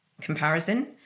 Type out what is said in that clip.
comparison